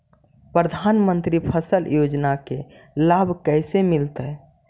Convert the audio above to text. प्रधानमंत्री फसल योजना के लाभ कैसे मिलतै?